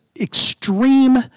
extreme